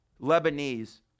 Lebanese